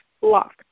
lock